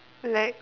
like